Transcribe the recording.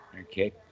Okay